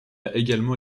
également